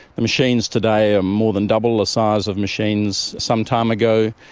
the machines today are more than double the size of machines some time ago.